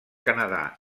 canadà